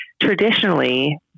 traditionally